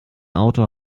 autor